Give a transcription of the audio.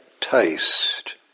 taste